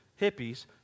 hippies